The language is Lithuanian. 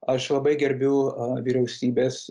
aš labai gerbiu a vyriausybės